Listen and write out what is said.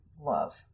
love